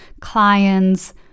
clients